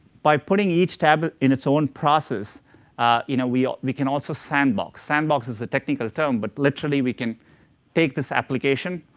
by putting each tab in its own process we ah we can also sandbox. sandbox is a technical term, but literally we can take this application,